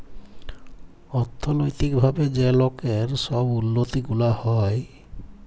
অথ্থলৈতিক ভাবে যে লকের ছব উল্লতি গুলা হ্যয়